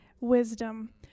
wisdom